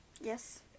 Yes